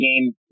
game